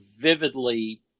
vividly